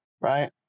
right